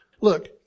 Look